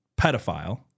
pedophile